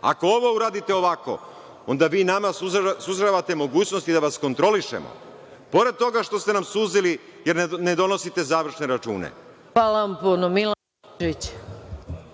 Ako ovo uradite ovako, onda vi nama sužavate mogućnosti da vas kontrolišemo. Pored toga što ste nam suzili jer ne donosite završne račune. **Maja Gojković**